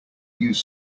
use